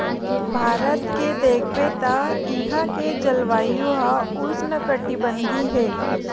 भारत के देखबे त इहां के जलवायु ह उस्नकटिबंधीय हे